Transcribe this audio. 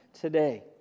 today